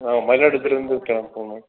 ஆ மயிலாடுதுறையிலேந்து கிளம்பி போகணும்